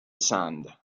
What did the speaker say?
sand